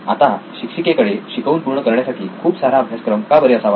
आता शिक्षिकेकडे शिकवून पूर्ण करण्यासाठी खूप सारा अभ्यासक्रम का बरे असावा